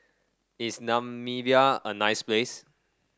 is Namibia a nice place